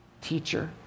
teacher